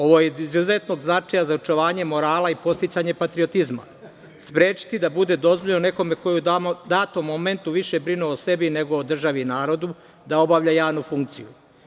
Ovo je od izuzetnog značaja za očuvanje morala i podsticanje patriotizma, sprečiti da bude dozvoljeno nekome ko je u datom momentu više brinuo o sebi nego o državi i narodu da obavlja javnu funkciju.